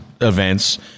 events